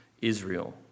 Israel